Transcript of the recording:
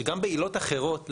שגם בעילות אחרות,